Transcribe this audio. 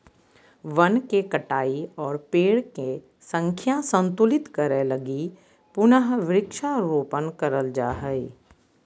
वन के कटाई और पेड़ के संख्या संतुलित करे लगी पुनः वृक्षारोपण करल जा हय